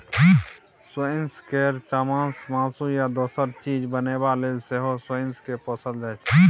सोंइस केर चामसँ मासु या दोसर चीज बनेबा लेल सेहो सोंइस केँ पोसल जाइ छै